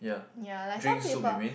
ya like some people